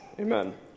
Amen